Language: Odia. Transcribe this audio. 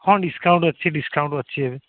ହଁ ଡିସ୍କାଉଣ୍ଟ୍ ଅଛି ଡିସ୍କାଉଣ୍ଟ୍ ଅଛି ଏବେ